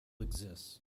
exists